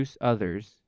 others